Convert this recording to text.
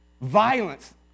Violence